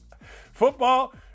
Football